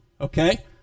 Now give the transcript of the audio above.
okay